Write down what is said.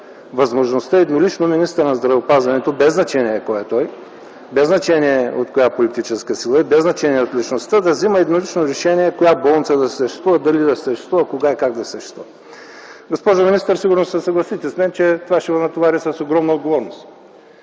представяте, еднолично министърът на здравеопазването, без значение кой е той, без значение от коя политическа сила е, да взема еднолично решение коя болница да съществува, дали да съществува, кога и как да съществува. Госпожо министър, сигурно ще се съгласите с мен, че това ще Ви натовари с огромна отговорност.